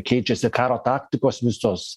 keičiasi karo taktikos visos